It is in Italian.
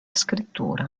scrittura